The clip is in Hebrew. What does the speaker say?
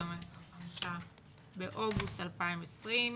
היום ה-25 באוגוסט 2020,